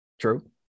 True